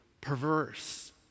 perverse